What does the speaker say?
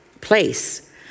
place